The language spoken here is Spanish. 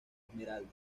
esmeralda